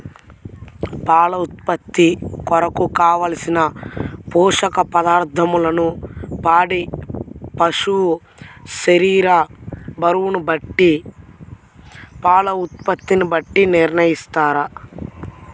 పాల ఉత్పత్తి కొరకు, కావలసిన పోషక పదార్ధములను పాడి పశువు శరీర బరువును బట్టి పాల ఉత్పత్తిని బట్టి నిర్ణయిస్తారా?